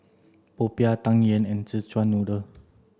Popiah Tang Yuen and Szechuan noodle